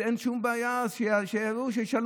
אין שום בעיה, שישלמו.